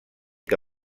que